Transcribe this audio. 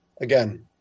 again